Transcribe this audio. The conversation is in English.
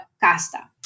casta